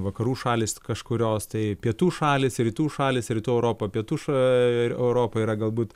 vakarų šalys kažkurios tai pietų šalys rytų šalys rytų europa pietų ša ir europa yra galbūt